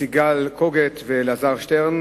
סיגל קוגט ואלעזר שטרן,